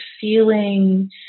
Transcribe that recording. Feeling